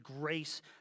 grace